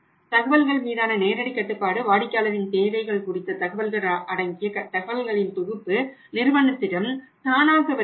தகவல்கள் மீதான நேரடி கட்டுப்பாடு வாடிக்கையாளரின் தேவைகள் குறித்த தகவல்கள் அடங்கிய தகவல்களின் தொகுப்பு நிறுவனத்திடம் தானாக வருகிறது